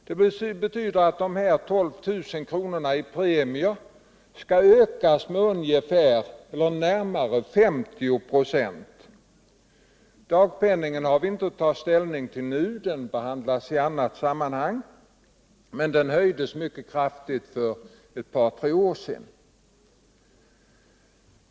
Det betyder att de 12 000 kronorna i premier skall ökas med närmare 50 26. Dagpenningen ar vi inte tagit ställning till nu — den behandlas i annat sammanhang - men den höjdes mycket krafugt för ett par tre år sedan.